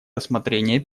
рассмотрение